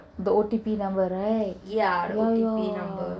the O_T_P number right